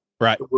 Right